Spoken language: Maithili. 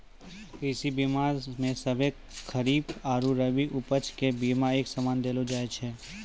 कृषि बीमा मे सभ्भे खरीक आरु रवि उपज के बिमा एक समान देलो जाय छै